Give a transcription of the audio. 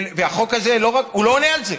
והחוק הזה לא עונה על זה.